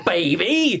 Baby